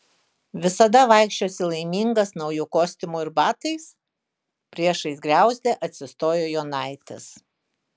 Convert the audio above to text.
visada vaikščiosi laimingas nauju kostiumu ir batais priešais griauzdę atsistojo jonaitis